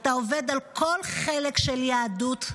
אתה עובד על כל חלק של יהדות,